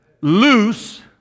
loose